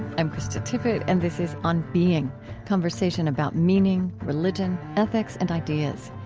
i'm krista tippett, and this is on being conversation about meaning, religion, ethics, and ideas.